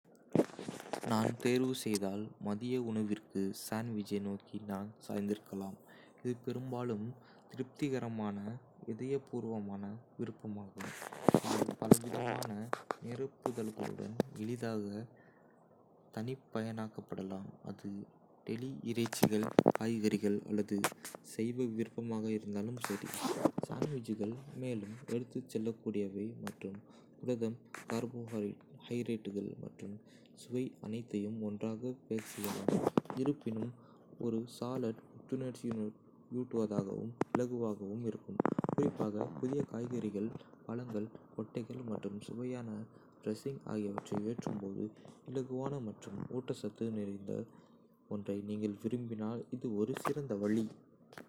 நான் தேர்வு செய்தால், மதிய உணவிற்கு சாண்ட்விச்சை நோக்கி நான் சாய்ந்திருக்கலாம். இது பெரும்பாலும் திருப்திகரமான, இதயப்பூர்வமான விருப்பமாகும், இது பலவிதமான நிரப்புதல்களுடன் எளிதாகத் தனிப்பயனாக்கப்படலாம்-அது டெலி இறைச்சிகள், காய்கறிகள் அல்லது சைவ விருப்பமாக இருந்தாலும் சரி. சாண்ட்விச்கள் மேலும் எடுத்துச் செல்லக்கூடியவை மற்றும் புரதம், கார்போஹைட்ரேட்டுகள் மற்றும் சுவை அனைத்தையும் ஒன்றாகப் பேக் செய்யலாம். இருப்பினும், ஒரு சாலட் புத்துணர்ச்சியூட்டுவதாகவும், இலகுவாகவும் இருக்கும், குறிப்பாக புதிய காய்கறிகள், பழங்கள், கொட்டைகள் மற்றும் சுவையான டிரஸ்ஸிங் ஆகியவற்றை ஏற்றும்போது. இலகுவான மற்றும் ஊட்டச்சத்து நிறைந்த ஒன்றை நீங்கள் விரும்பினால் இது ஒரு சிறந்த வழி.